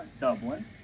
Dublin